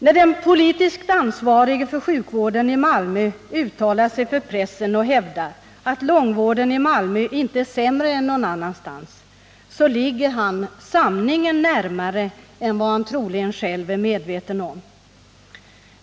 När den politiskt ansvarige för sjukvården i Malmö uttalar sig för pressen och hävdar, att långvården i Malmö inte är sämre än någon annanstans, ligger han sanningen närmare än vad han troligen själv är medveten om.